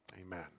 Amen